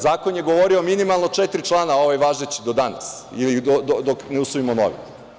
Zakon je govorio minimalno četiri člana, ovaj važeći, do danas, ili dok ne usvojimo novi.